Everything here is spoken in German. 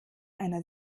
einer